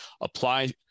apply